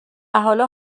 حالا